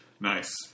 Nice